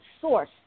source